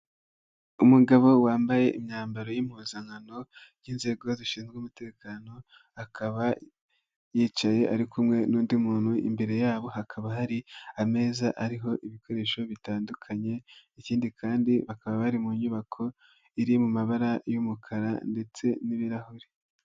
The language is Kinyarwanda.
Umugabo wambaye imyambaro y'impuzankano, y'inzego zishinzwe umutekano, akaba yicaye ari kumwe n'undi muntu, imbere yabo hakaba hari ameza ariho ibikoresho bitandukanye ikindi kandi bakaba bari mu nyubako iri mu mabara y'umukara ndetse n'ibirahure.